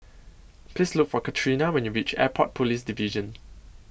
Please Look For Katrina when YOU REACH Airport Police Division